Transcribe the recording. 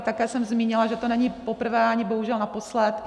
Také jsem zmínila, že to není poprvé a ani bohužel naposled.